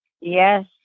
Yes